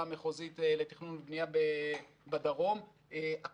המחוזית לתכנון ובנייה בדרום אם אני לא טועה,